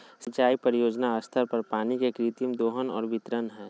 सिंचाई परियोजना स्तर पर पानी के कृत्रिम दोहन और वितरण हइ